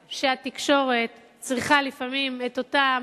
כי אני חושבת שהתקשורת צריכה לפעמים את אותן